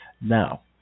Now